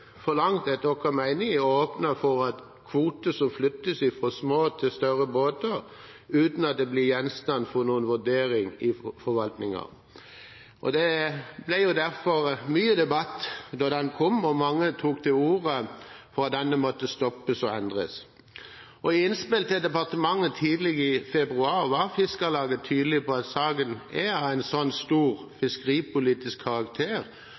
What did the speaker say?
for langt etter vår mening, og åpner for at kvoter kan flyttes fra små til større båter uten at de blir gjenstand for noen vurdering i forvaltningen. Det ble derfor mye debatt da den kom, og mange tok til orde for at den måtte stoppes og endres. I innspill til departementet tidlig i februar var Fiskarlaget tydelig på at saken er av en så stor fiskeripolitisk karakter